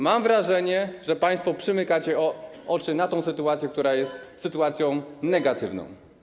Mam wrażenie, że państwo przymykacie oczy na tę sytuację, która jest sytuacją negatywną.